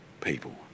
people